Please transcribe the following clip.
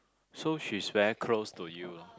so she's very close to you lah